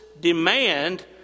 demand